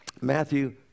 Matthew